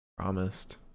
promised